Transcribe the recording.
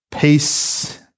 peace